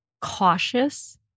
cautious